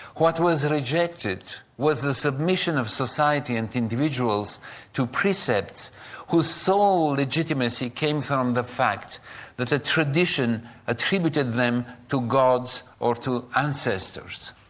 what was rejected was the submission of society and individuals to precepts whose sole legitimacy came from the fact that a tradition attributed them to gods or to ancestors.